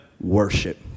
Worship